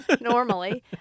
normally